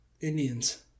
Indians